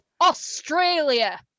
Australia